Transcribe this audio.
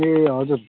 ए हजुर